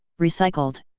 recycled.